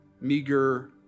meager